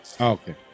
Okay